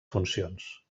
funcions